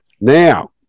Now